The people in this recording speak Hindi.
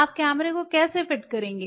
आप कैमरे को कैसे फिट करेंगे